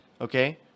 Okay